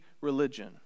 religion